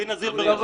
דינה זילבר בשלטון